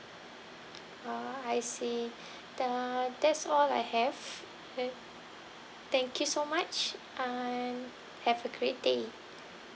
ah I see uh that's all I have K thank you so much uh and have a great day